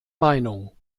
meinung